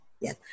yes